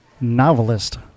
novelist